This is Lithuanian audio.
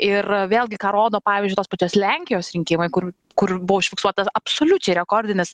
ir vėlgi ką rodo pavyzdžiui tos pačios lenkijos rinkimai kur kur buvo užfiksuotas absoliučiai rekordinis